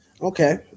Okay